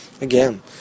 again